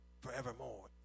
forevermore